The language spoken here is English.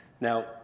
Now